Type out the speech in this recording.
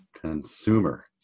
consumer